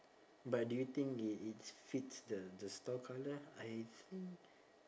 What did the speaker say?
but do you think it it fits the the store colour I think